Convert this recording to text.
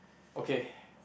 okay